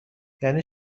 یعنی